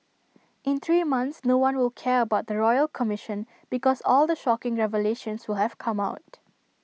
in three months no one will care about the royal commission because all the shocking revelations will have come out